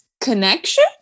connection